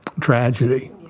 tragedy